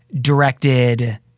Directed